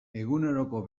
eguneroko